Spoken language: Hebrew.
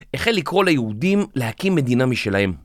החל לקרוא ליהודים להקים מדינה משלהם